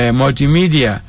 multimedia